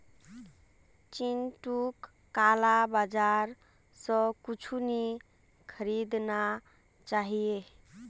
चिंटूक काला बाजार स कुछू नी खरीदना चाहिए